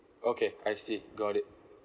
okay I see got it